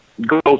go